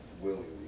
willingly